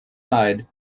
hide